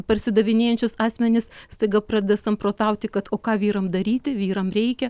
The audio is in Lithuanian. parsidavinėjančius asmenis staiga pradeda samprotauti kad o ką vyram daryti vyram reikia